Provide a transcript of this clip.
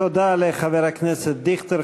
תודה לחבר הכנסת דיכטר.